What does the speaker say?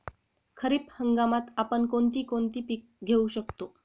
खरीप हंगामात आपण कोणती कोणती पीक घेऊ शकतो?